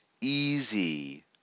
easy